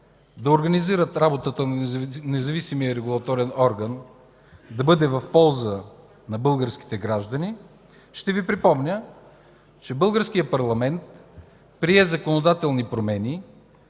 да организират работата на независимия регулаторен орган, беше тя да бъде в полза на българските граждани. Ще Ви припомня, че българският парламент прие законодателни промени,